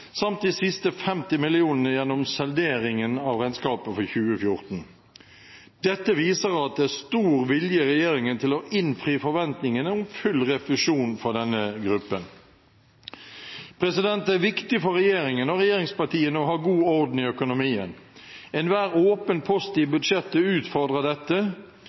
samt de siste 50 mill. kr gjennom salderingen av regnskapet for 2014. Dette viser at det er stor vilje i regjeringen til å innfri forventningene om full refusjon for denne gruppen. Det er viktig for regjeringen og regjeringspartiene å ha god orden i økonomien. Enhver åpen post i budsjettet utfordrer dette.